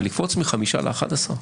לקפוץ מ-5 ל-11?